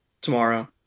tomorrow